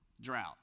Drought